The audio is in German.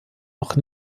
noch